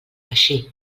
així